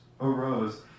arose